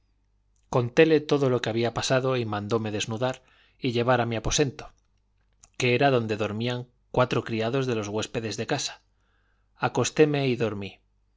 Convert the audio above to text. contéle todo lo que había pasado y mandóme desnudar y llevar a mi aposento que era donde dormían cuatro criados de los huéspedes de casa acostéme y dormí